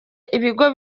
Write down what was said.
ibigo